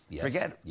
Forget